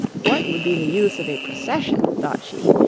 what would be the use of a procession thought she,